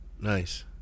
Nice